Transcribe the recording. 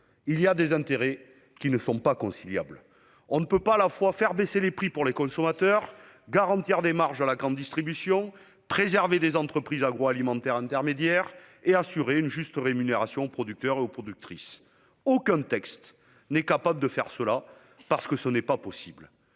il y a des intérêts inconciliables. On ne peut pas, à la fois, faire baisser les prix pour les consommateurs, garantir des marges à la grande distribution, préserver des entreprises agroalimentaires intermédiaires, et assurer une juste rémunération aux producteurs et aux productrices. Aucun texte n'est capable de faire cela, parce que ce n'est pas possible